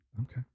Okay